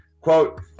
quote